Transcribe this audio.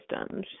systems